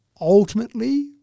ultimately